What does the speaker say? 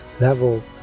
level